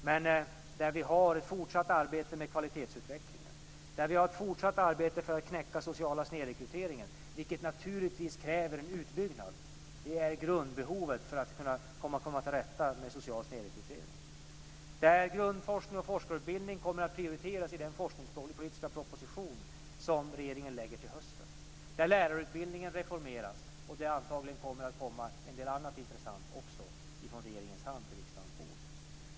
Men vi har ett fortsatt arbete med kvalitetsutvecklingen. Vi har ett fortsatt arbete för att knäcka den sociala snedrekryteringen, vilket naturligtvis kräver en utbyggnad. Det är grundbehovet för att komma till rätta med en social snedrekrytering. Grundforskning och forskarutbildning kommer att prioriteras i den forskningspolitiska proposition som regeringen lägger fram till hösten. Lärarutbildningen reformeras, och det kommer antagligen att komma en del annat intressant också från regeringens hand till riksdagens bord.